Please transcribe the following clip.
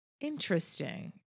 Interesting